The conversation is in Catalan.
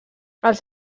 els